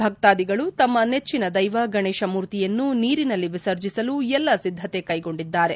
ಭಕ್ತಾಧಿಗಳು ತಮ್ಮ ನೆಜ್ಜಿನ ದೇವ ಗಣೇಶ ಮೂರ್ತಿಯನ್ನು ನೀರಿನಲ್ಲಿ ವಿಸರ್ಜಿಸಲು ಎಲ್ಲಾ ಸಿದ್ದತೆ ಕೈಗೊಂಡಿದ್ದಾರೆ